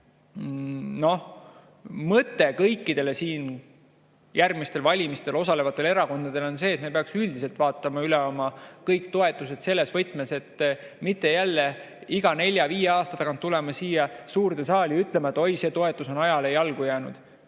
mõte kõikidele järgmistel valimistel osalevatele erakondadele on see: me peaksime üldiselt vaatama üle kõik toetused selles võtmes, et ma ei peaks iga nelja-viie aasta tagant jälle tulema siia suurde saali ütlema, et oi, see toetus on ajale jalgu jäänud.